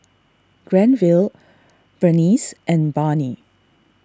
Granville Berneice and Barney